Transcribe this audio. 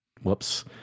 whoops